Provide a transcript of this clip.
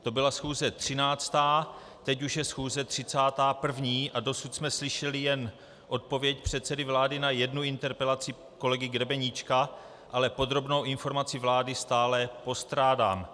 To byla schůze 13., teď už je schůze 31., a dosud jsme slyšeli jen odpověď předsedy vlády na jednu interpelaci kolegy Grebeníčka, ale podrobnou informaci vlády stále postrádám.